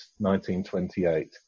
1928